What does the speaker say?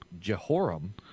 Jehoram